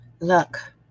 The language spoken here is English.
look